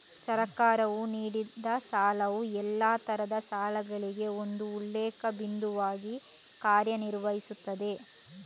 ಸರ್ಕಾರವು ನೀಡಿದಸಾಲವು ಎಲ್ಲಾ ಇತರ ಸಾಲಗಳಿಗೆ ಒಂದು ಉಲ್ಲೇಖ ಬಿಂದುವಾಗಿ ಕಾರ್ಯ ನಿರ್ವಹಿಸುತ್ತದೆ